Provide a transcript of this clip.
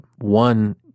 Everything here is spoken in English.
one